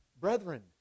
Brethren